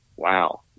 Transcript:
Wow